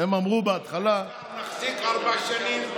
הם אמרו בהתחלה אנחנו נחזיק ארבע שנים?